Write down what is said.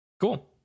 Cool